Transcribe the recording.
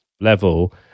level